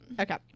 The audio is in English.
Okay